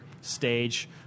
stage